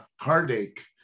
heartache